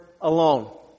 alone